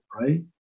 right